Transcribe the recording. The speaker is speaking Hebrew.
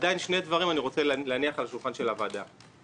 אני עדיין רוצה להניח על שולחן הוועדה שני דברים.